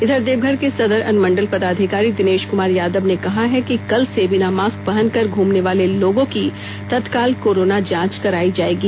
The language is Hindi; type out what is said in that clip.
इधर देवघर के सदर अनुमंडल पदाधिकारी दिनेश कुमार यादव ने कहा है कि कल से बिना मास्क पहनकर घूमने वाले लोगों की तत्काल कोरोना जांच कराई जाएगी